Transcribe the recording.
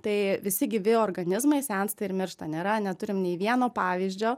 tai visi gyvi organizmai sensta ir miršta nėra neturim nei vieno pavyzdžio